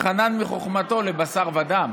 שחנן מחוכמתו לבשר ודם.